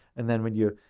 and then when you,